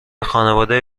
خانواده